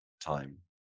time